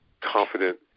confident